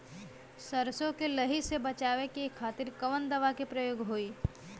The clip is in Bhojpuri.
सरसो के लही से बचावे के खातिर कवन दवा के प्रयोग होई?